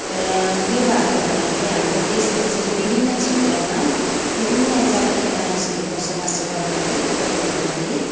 र त्यो भएको हुनाले हाम्रो देशमा चाहिँ विभिन्न क्षेत्रमा विभिन्न जातिका मानिसहरू बसोबासो गर्नाले गरेको हुनाले